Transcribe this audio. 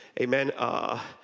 Amen